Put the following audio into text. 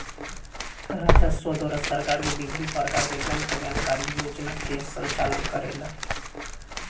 राजस्व द्वारा सरकार विभिन्न परकार के जन कल्याणकारी योजना के संचालन करेला